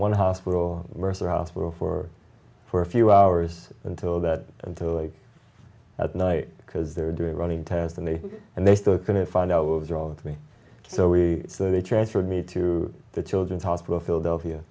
one hospital versus hospital for for a few hours until that until late at night because they're doing running tests and they and they still couldn't find out what was wrong with me so we so they transferred me to the children's hospital philadelphia